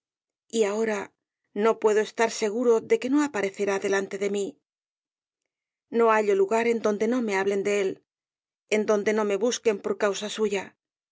y ahora no puedo estar nunca seguro de que no aparecerá delante de mí no hallo lugar en donde no me hablen de él en donde no me busquen por causa suya